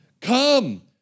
Come